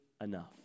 enough